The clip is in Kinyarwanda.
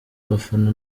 abafana